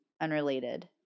unrelated